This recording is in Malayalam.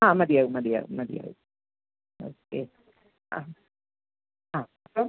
ആ മതിയാവും മതിയാവും മതിയാവും ഓക്കെ ആ ആ അപ്പം